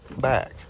back